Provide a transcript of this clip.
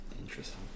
interesting